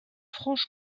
franche